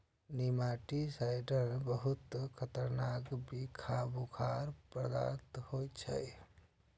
nematicides बहुत खतरनाक बिखाह पदार्थ होइ छै